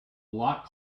lot